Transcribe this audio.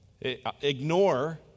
Ignore